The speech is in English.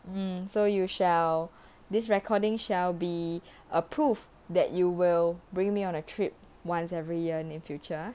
um so you shall this recording shall a proof that you will bring me on a trip once every year in future